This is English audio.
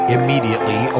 Immediately